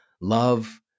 love